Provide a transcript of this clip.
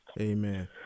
Amen